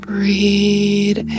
Breathe